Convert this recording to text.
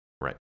Right